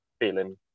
feeling